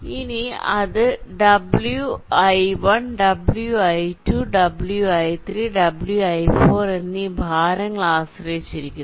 ഇനി ഇത് wi1 wi 2 wi3 wi4 എന്നീ ഭാരങ്ങൾ ആശ്രയിച്ചിരിക്കുന്നു